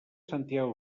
santiago